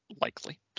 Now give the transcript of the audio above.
likely